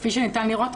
כפי שניתן לראות,